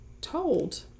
told